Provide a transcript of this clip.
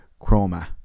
Chroma